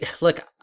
look